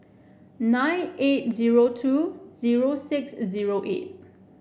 nine eight zero two zero six zero eight